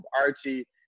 Archie